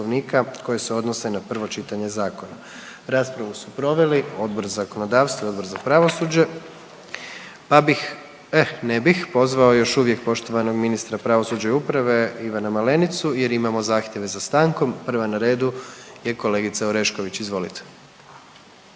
koje se odnose na prvo čitanje zakona. Raspravu su proveli Odbor za zakonodavstvo i Odbor za pravosuđe pa bih, e ne bih, pozvao još uvijek poštovanog ministra pravosuđa i uprave Ivana Malenicu jer imamo zahtjeve za stankom. Prva na redu je kolegica Orešković, izvolite.